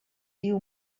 diu